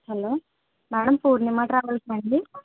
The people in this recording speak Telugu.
హలో మేడం పూర్ణిమ ట్రావెల్సా అండి